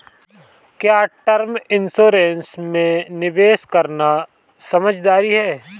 क्या term insurance में निवेश करना समझदारी है?